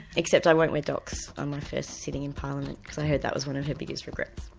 except i won't wear docs on my first sitting in parliament because i heard that was one of her biggest regrets.